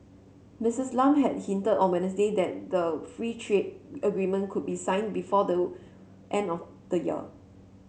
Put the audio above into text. Missus Lam had hinted on Wednesday that the free trade agreement could be signed before the end of the year